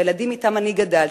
בילדים שאתם אני גדלתי,